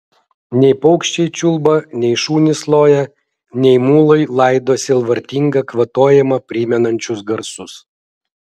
nei paukščiai čiulba nei šunys loja nei mulai laido sielvartingą kvatojimą primenančius garsus